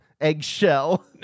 eggshell